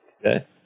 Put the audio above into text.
Okay